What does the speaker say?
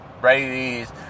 Brady's